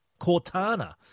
Cortana